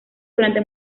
durante